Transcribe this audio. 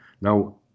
Now